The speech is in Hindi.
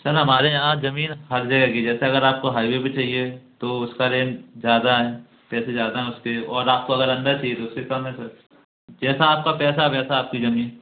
सर हमारे यहाँ ज़मीन हर जगह की जैसे अगर आपको हाईवे पर चाहिए तो उसका रेट ज़्यादा हैं पैसे ज़्यादा हैं उसके और आपको अगर अन्दर चाहिए तो उसके कम है सर जैसा आपका पैसा वैसा आपकी ज़मीन